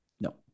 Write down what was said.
No